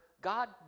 god